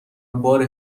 بار